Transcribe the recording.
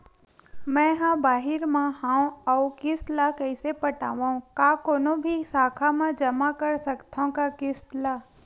मैं हा बाहिर मा हाव आऊ किस्त ला कइसे पटावव, का कोनो भी शाखा मा जमा कर सकथव का किस्त ला?